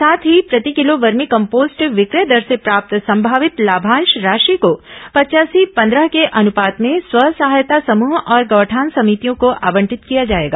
साथ ही प्रतिकिलो वर्मी कम्पोस्ट विक्रय दर से प्राप्त संभावित लाभांश राशि को पचयासी पंद्रह के अनुपात में स्व सहायता समृह और गौठान समितियों को आवंटित किया जाएगा